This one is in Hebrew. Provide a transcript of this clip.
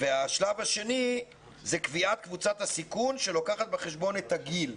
והשלב השני זה קביעת קבוצת הסיכון שלוקחת בחשבון את הגיל.